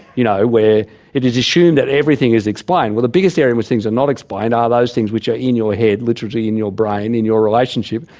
you know, where it is assumed that everything is explained. well, the biggest area in which things are not explained are those things which are in your head, literally in your brain, in your relationship,